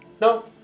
No